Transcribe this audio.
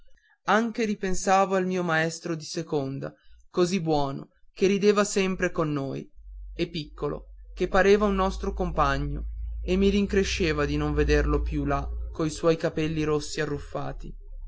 anche ripensavo al mio maestro di seconda così buono che rideva sempre con noi e piccolo che pareva un nostro compagno e mi rincresceva di non vederlo più là coi suoi capelli rossi arruffati